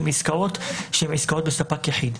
הן עסקאות שהן עסקאות בספק יחיד,